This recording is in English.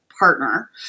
partner